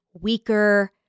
weaker